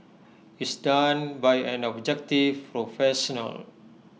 is done by an objective professional